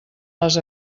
les